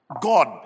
God